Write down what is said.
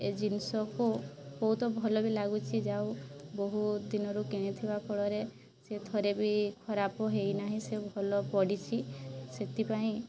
ଏ ଜିନିଷକୁ ବହୁତ ଭଲ ବି ଲାଗୁଛି ଯାହା ହଉ ବହୁତ ଦିନରୁ କିଣିଥିବା ଫଳରେ ସେ ଥରେ ବି ଖରାପ ହେଇନାହିଁ ସେ ଭଲ ପଡ଼ିଛି ସେଥିପାଇଁ